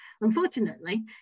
Unfortunately